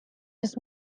his